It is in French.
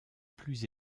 plus